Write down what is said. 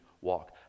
walk